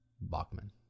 Bachman